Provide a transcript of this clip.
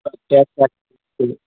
चारि सए टके किलो